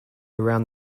around